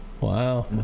Wow